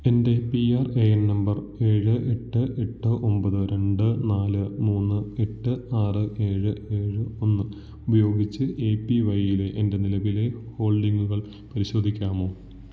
എന്റെ P R A N number ഏഴ് എട്ട് എട്ട് ഒമ്പത് രണ്ട് നാല് മൂന്ന് എട്ട് ആറ് ഏഴ് ഏഴ് ഒന്ന് ഉപയോഗിച്ച് എ പി വൈയിലെ എന്റെ നിലവിലെ ഹോൾഡിംഗുകൾ പരിശോധിക്കാമോ